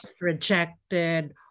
rejected